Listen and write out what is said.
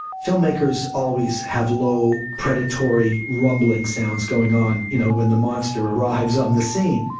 filmmakers always have low predatory rumbling sounds going on you know when the monster arrives on the scene.